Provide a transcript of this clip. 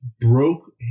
broke